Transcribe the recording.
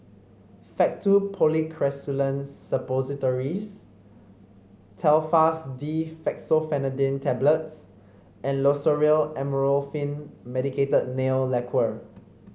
Faktu Policresulen Suppositories Telfast D Fexofenadine Tablets and Loceryl Amorolfine Medicated Nail Lacquer